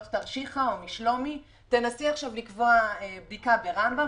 תנסי לקבוע בדיקה ברמב"ם,